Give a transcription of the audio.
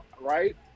right